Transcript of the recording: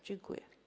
Dziękuję.